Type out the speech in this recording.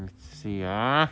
let's see ah